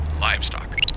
livestock